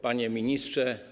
Panie Ministrze!